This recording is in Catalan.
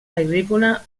agrícola